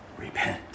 Repent